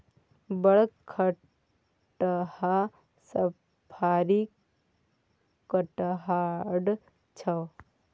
बड़ खटहा साफरी कटहड़ छौ